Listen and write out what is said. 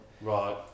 right